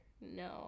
No